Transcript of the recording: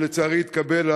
שלצערי התקבל,